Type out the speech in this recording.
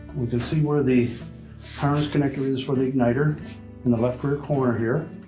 you can see where the harness connector is for the igniter in the left rear corner here.